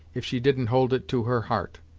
if she didn't hold it to her heart.